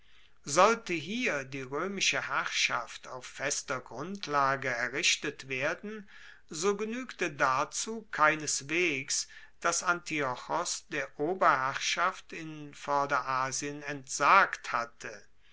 sollte hier die roemische herrschaft auf fester grundlage errichtet werden so genuegte dazu keineswegs dass antiochos der oberherrschaft in vorderasien entsagt hatte